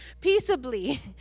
peaceably